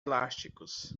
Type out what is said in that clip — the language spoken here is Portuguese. elásticos